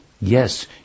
Yes